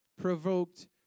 provoked